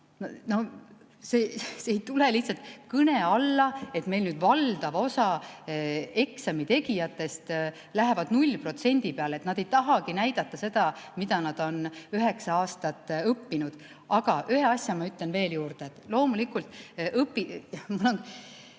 See ei tule lihtsalt kõne alla, et meil nüüd valdav osa eksamitegijatest läheb 0% peale, et nad ei tahagi näidata seda, mida nad on üheksa aastat õppinud. Aga ühe asja ma ütlen veel juurde. Mõelge, kuidas